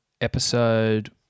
episode